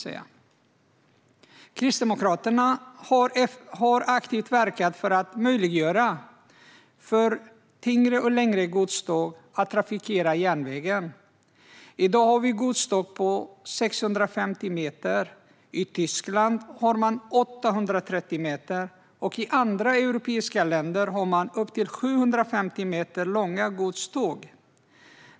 Kristdemokraterna har aktivt verkat för att möjliggöra för tyngre och längre godståg att trafikera järnvägen. I dag har vi godståg på 650 meter. I Tyskland har man 830 meter, och i andra europeiska länder har man upp till 750 meter långa godståg.